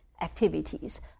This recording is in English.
activities